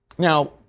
Now